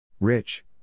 Rich